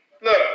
look